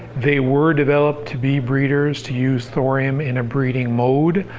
they were developed to be breeders, to use thorium in a breeding mode.